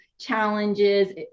Challenges